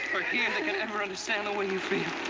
or hear that could ever understand the way you feel.